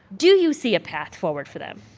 do you see a path forward for them?